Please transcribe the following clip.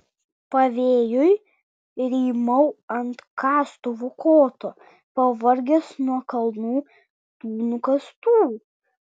pavėjui rymau ant kastuvo koto pavargęs nuo kalnų tų nukastų